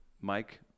Mike